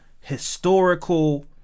historical